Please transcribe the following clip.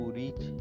reach